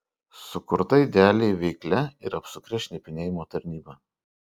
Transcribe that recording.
sukurta idealiai veiklia ir apsukria šnipinėjimo tarnyba